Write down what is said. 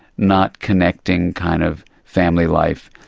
not-connecting kind of family life,